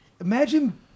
Imagine